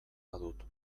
badut